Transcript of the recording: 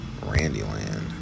Randyland